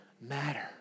matter